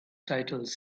titles